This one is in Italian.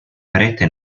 parete